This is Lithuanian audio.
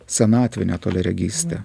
senatvine toliaregyste